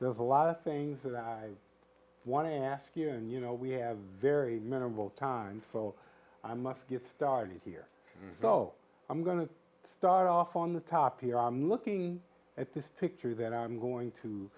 there's a lot of things that i want to ask you and you know we have very minimal time so i must get started here so i'm going to start off on the top here i'm looking at this picture that i'm going to